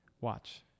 watch